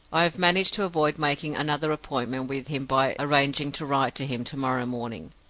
i have managed to avoid making another appointment with him by arranging to write to him to-morrow morning.